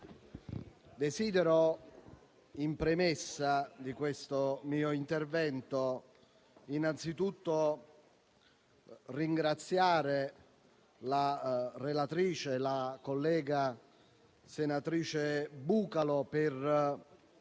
desidero, in premessa di questo mio intervento, innanzitutto ringraziare la relatrice, la collega senatrice Bucalo, per